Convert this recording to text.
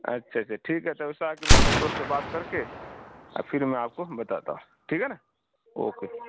اچھا اچھا ٹھیک ہے سر اس سے آ کے میں اپنے دوست سے بات کر کے پھر میں آپ کو بتاتا ہوں ٹھیک ہے نا اوکے